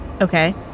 Okay